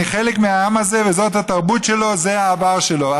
אני חלק מהעם הזה, וזאת התרבות שלו, זה העבר שלו.